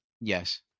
Yes